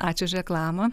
ačiū už reklamą